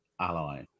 ally